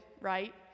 right